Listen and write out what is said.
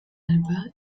alba